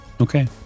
Okay